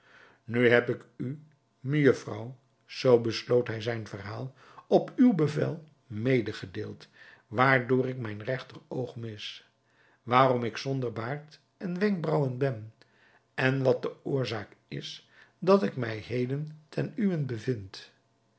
nu heb ik u mejufvrouw zoo besloot hij zijn verhaal op uw bevel medegedeeld waardoor ik mijn regteroog mis waarom ik zonder baard en wenkbraauwen ben en wat de oorzaak is dat ik mij heden ten uwent bevind